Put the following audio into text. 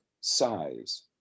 size